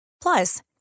Plus